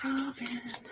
Robin